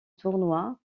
tournoi